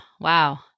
Wow